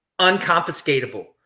unconfiscatable